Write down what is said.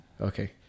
Okay